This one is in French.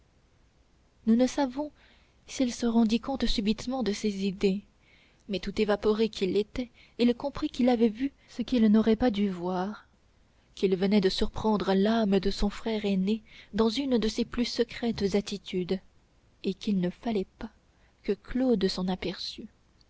nous ne savons s'il se rendit compte subitement de ces idées mais tout évaporé qu'il était il comprit qu'il avait vu ce qu'il n'aurait pas dû voir qu'il venait de surprendre l'âme de son frère aîné dans une de ses plus secrètes attitudes et qu'il ne fallait pas que claude s'en aperçût